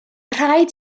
rhaid